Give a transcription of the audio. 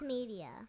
Media